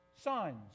signs